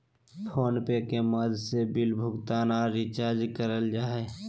phone पे के माध्यम से बिल भुगतान आर रिचार्ज करल जा हय